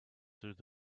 through